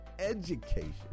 education